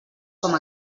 com